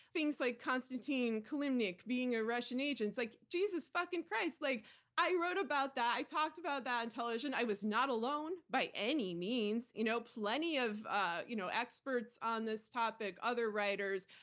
things like konstantin kilimnik being a russian agent, it's like jesus fucking christ! like i wrote about that. i talked about that on television, i was not alone by any means. you know plenty of ah you know experts on this topic, other writers,